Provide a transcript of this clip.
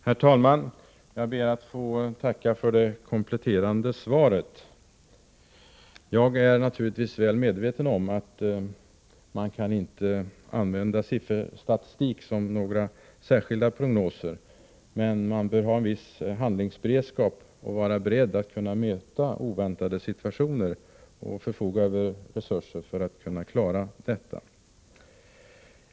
Herr talman! Jag ber att få tacka för det kompletterande svaret. Jag är naturligtvis väl medveten om att man inte kan använda sifferstatistik för några särskilda prognoser. Men man bör ha en viss handlingsberedskap och vara beredd att möta oväntade situationer och förfoga över resurser för att kunna klara detta.